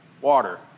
water